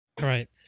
Right